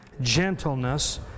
gentleness